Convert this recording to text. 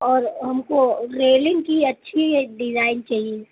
اور ہم کو ریلنگ کی اچھی ایک ڈیزائن چاہیے